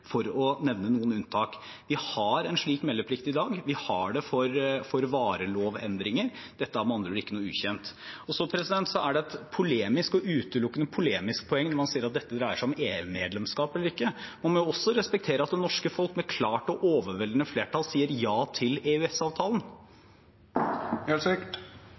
for å nevne noen unntak. Vi har en slik meldeplikt i dag. Vi har det for varelovendringer. Dette er med andre ord ikke noe ukjent. Så er det et polemisk og utelukkende polemisk poeng når man sier at dette dreier seg om EU-medlemskap eller ikke. Man må også respektere at det norske folk med klart og overveldende flertall sier ja til